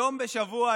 יום בשבוע,